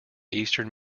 eastern